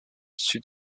sud